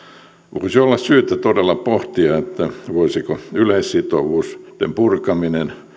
voisi olla syytä todella pohtia voisiko yleissitovuuden purkaminen